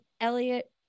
Elliot